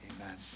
Amen